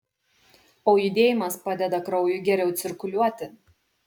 o judėjimas padeda kraujui geriau cirkuliuoti